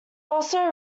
also